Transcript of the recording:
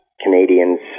Canadians